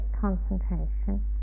concentration